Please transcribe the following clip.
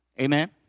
Amen